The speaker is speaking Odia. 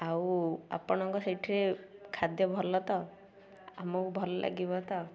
ଆଉ ଆପଣଙ୍କ ସେଇଠି ଖାଦ୍ୟ ଭଲ ତ ଆମକୁ ଭଲ ଲାଗିବ ତ